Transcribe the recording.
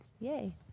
Yay